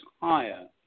higher